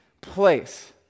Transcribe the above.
place